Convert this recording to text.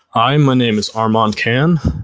hi. my name is armand cann.